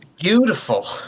beautiful